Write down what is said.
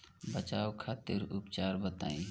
बचाव खातिर उपचार बताई?